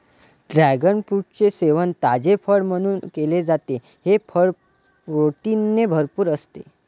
dragon फ्रूटचे सेवन ताजे फळ म्हणून केले जाते, हे फळ प्रोटीनने भरपूर असते